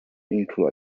include